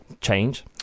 change